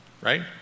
right